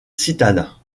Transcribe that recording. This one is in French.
citadins